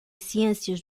ciências